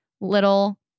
little